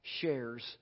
shares